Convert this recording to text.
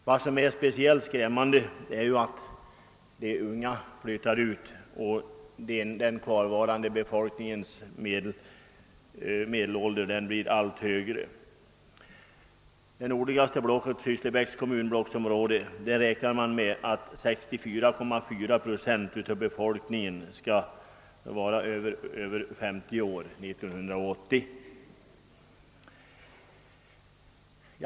Vad som är speciellt skrämmande är att de unga flyttar ut och att den kvarvarande befolkningens medelålder blir allt högre. Det nordligaste blocket, Syss lebäcks kommunblocksområde, räknar med att 64,4 procent av befolkningen skall vara över 50 år 1980.